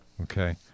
Okay